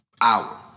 hour